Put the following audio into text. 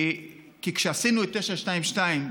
כי כשעשינו את 922,